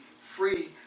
free